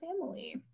family